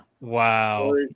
Wow